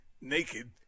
naked